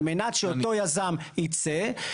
על מנת שאותו יזם יצא,